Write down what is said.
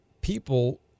people